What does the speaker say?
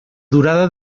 durada